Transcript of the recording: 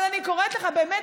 אבל אני קוראת לך באמת,